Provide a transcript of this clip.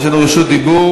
יש לנו רשות דיבור.